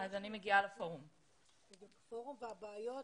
אז אני מגיע לפורום פורום והבעיות,